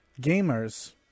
gamers